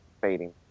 fading